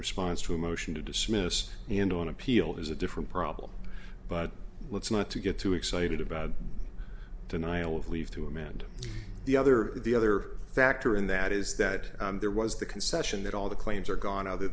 response to a motion to dismiss into an appeal is a different problem but let's not to get too excited about denial of leave to amend the other the other factor in that is that there was the concession that all the claims are gone other